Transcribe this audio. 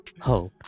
hope